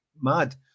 mad